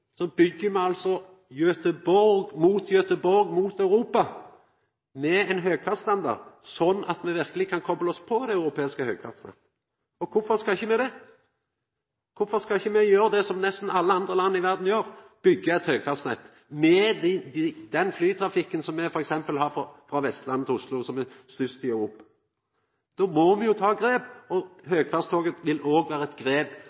altså mot Göteborg og mot Europa med høgfartsstandard, slik at me verkeleg kan kopla oss på det europeiske høgfartsnettet. Kvifor skal me ikkje det? Kvifor skal me ikkje gjera det som nesten alle andre land i verda gjer, byggja eit høgfartsnett, med den flytrafikken som er f.eks. frå Vestlandet til Oslo, som er størst i Europa. Då må me ta grep, og høgfartstog vil òg vera eit grep